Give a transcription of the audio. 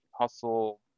hustle